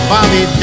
Bobby